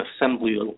assembly